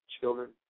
children